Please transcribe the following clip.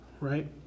right